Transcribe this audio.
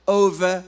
over